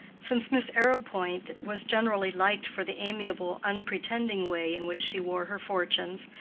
since miss arrowpoint was generally liked for the amiable unpretending way in which she wore her fortunes,